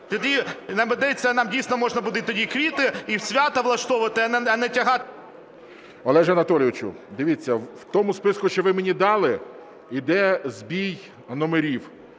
Тоді нам дійсно можна буде тоді і квіти, і свята влаштовувати, а не... ГОЛОВУЮЧИЙ. Олеже Анатолійовичу, дивіться, в тому списку, що ви мені далі, йде збій номерів.